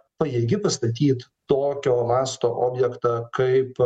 pajėgi pastatyt tokio masto objektą kaip